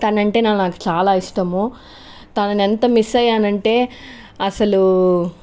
తను అంటే నాకు చాలా ఇష్టము తనని ఎంత మిస్ అయ్యాను అంటే అసలు